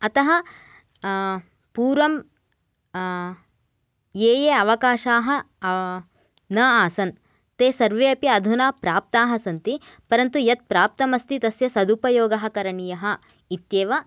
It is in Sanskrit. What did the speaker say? अतः पूर्वं ये ये अवकाशाः न आसन् ते सर्वे अपि अधुना प्राप्ताः सन्ति परन्तु यत् प्राप्तम् अस्ति तस्य सदुपयोगः करणीयः इत्येव